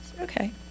Okay